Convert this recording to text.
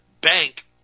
Bank